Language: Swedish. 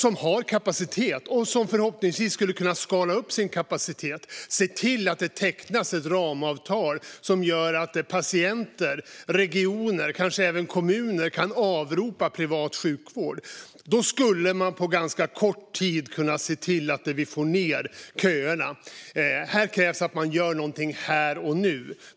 De har kapacitet och skulle förhoppningsvis kunna skala upp sin kapacitet. Se till att det tecknas ett ramavtal som gör att patienter, regioner och kanske även kommuner kan avropa privat sjukvård! Då skulle man på ganska kort tid kunna få ned köerna. Det krävs att man gör någonting här och nu.